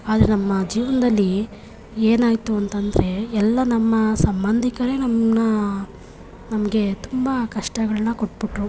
ಆದರೆ ನಮ್ಮ ಜೀವನದಲ್ಲಿ ಏನಾಯಿತು ಅಂತಂದರೆ ಎಲ್ಲ ನಮ್ಮ ಸಂಬಂಧಿಕರೆ ನಮ್ಮನ್ನು ನಮಗೆ ತುಂಬ ಕಷ್ಟಗಳನ್ನು ಕೊಟ್ಬಿಟ್ಟರು